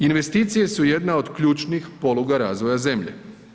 Investicije su jedna od ključnih poluga razvoja zemlje.